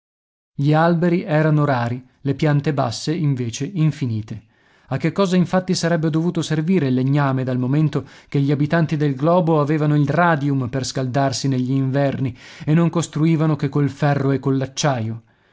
gli alberi erano rari le piante basse invece infinite a che cosa infatti sarebbe dovuto servire il legname dal momento che gli abitanti del globo avevano il radium per scaldarsi negli inverni e non costruivano che col ferro e coll'acciaio